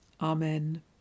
Amen